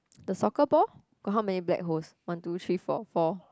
the soccer ball got how many black holes one two three four four